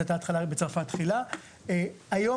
היום,